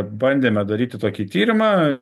bandėme daryti tokį tyrimą